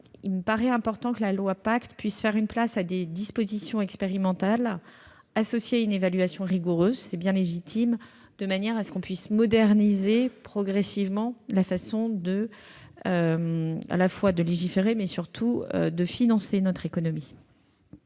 il me paraît important que la loi PACTE puisse faire une place à des dispositions expérimentales, associées à une évaluation rigoureuse- c'est bien légitime -, afin que nous puissions progressivement moderniser la façon de légiférer, mais surtout de financer notre économie.